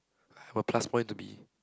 I'm a plus point to be